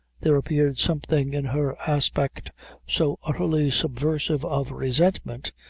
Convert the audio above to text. there appeared something in her aspect so utterly subversive of resentment,